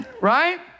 Right